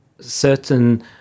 certain